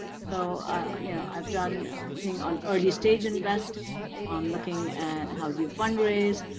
so you know i've done things on early stage investing, on looking at how do you fund raise.